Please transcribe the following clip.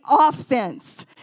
offense